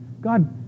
God